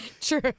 True